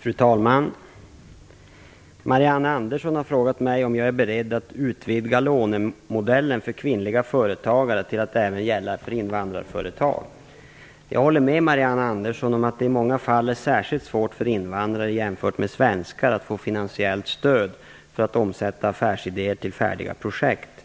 Fru talman! Marianne Andersson har frågat mig om jag är beredd att utvidga lånemodellen för kvinnliga företagare till att även gälla för invandrarföretag. Jag håller med Marianne Andersson om att det i många fall är särskilt svårt för invandrare jämfört med svenskar att få finansiellt stöd för att omsätta affärsidéer till färdiga projekt.